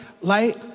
light